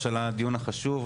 על הדיון החשוב,